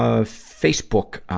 ah facebook, ah,